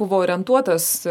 buvo orientuotas